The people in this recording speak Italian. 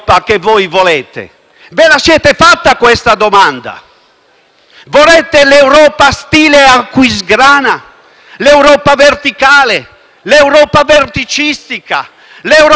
Volete l'Europa stile Aquisgrana? L'Europa verticale? L'Europa verticistica? L'Europa fatta di assi? L'Europa intergovernativa? Quella che